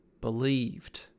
believed